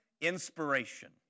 inspiration